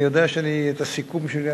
אני יודע שאת הסיכום שלי,